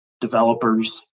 developers